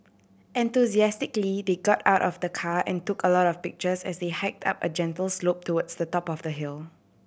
enthusiastically they got out of the car and took a lot of pictures as they hiked up a gentle slope towards the top of the hill